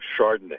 Chardonnay